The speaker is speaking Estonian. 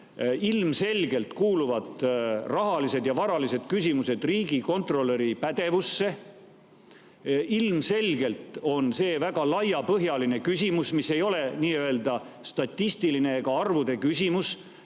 Ilmselgelt kuuluvad rahalised ja varalised küsimused riigikontrolöri pädevusse. Ilmselgelt on see väga laiapõhjaline küsimus, mis ei ole nii-öelda statistiline ega arvude küsimus,